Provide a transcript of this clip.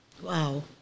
Wow